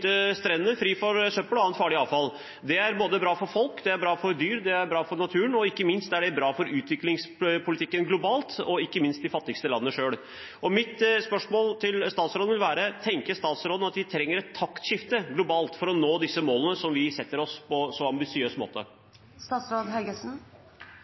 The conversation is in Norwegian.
søppel og annet farlig avfall. Det er bra for folk, det er bra for dyr, det er bra for naturen, og ikke minst er det bra for utviklingspolitikken globalt og for de fattigste landene selv. Mitt spørsmål til statsråden er: Mener statsråden at vi trenger et taktskifte globalt for å nå disse målene som vi setter oss på en så ambisiøs